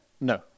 No